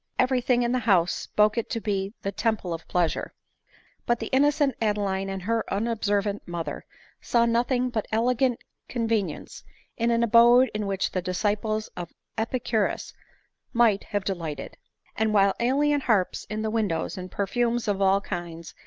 every thing in the house spoke it to be the temple of pleasure but the innocent adeline and her unobservant mother saw nothing but elegant convenience in an abode in which the disciples of epicu rus might have delighted and while jeolian harps in the windows, and perfumes of all kinds,